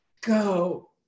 go